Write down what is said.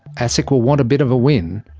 asic will want a bit of a win.